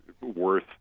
worth